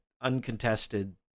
uncontested